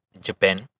Japan